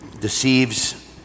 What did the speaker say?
deceives